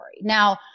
Now